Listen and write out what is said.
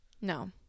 No